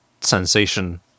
sensation